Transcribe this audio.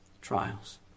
trials